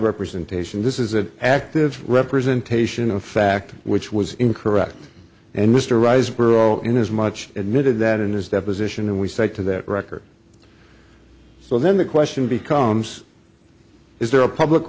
representation this is an active representation of fact which was incorrect and mr riseborough in his much admitted that in his deposition and we said to that record so then the question becomes is there a public